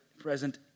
present